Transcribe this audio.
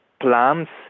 Plants